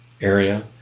area